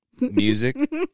music